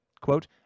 Quote